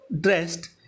dressed